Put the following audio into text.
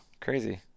crazy